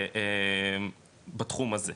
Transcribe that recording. בתחום הזה.